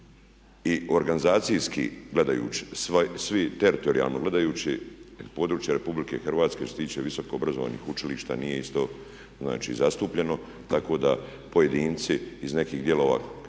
i organizacijski gledajući svi teritorijalno gledajući područja RH što se tiče visoko obrazovanih učilišta nije isto znači zastupljeno tako da pojedinci iz nekih dijelova